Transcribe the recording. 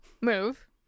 move